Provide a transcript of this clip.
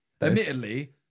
Admittedly